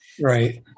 right